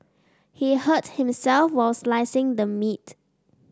he hurt himself while slicing the meat